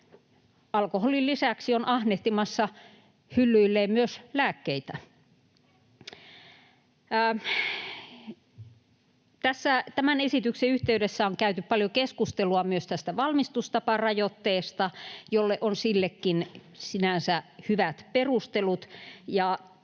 alkoholin lisäksi on ahnehtimassa hyllyilleen myös lääkkeitä. Tämän esityksen yhteydessä on käyty paljon keskustelua myös tästä valmistustaparajoitteesta, jolle on sillekin sinänsä hyvät perustelut.